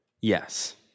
Yes